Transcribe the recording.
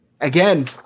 Again